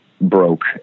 broke